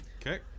Okay